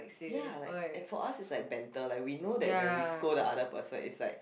ya like and for us is like banter like we know that when we scold the other person it's like